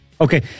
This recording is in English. okay